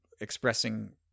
expressing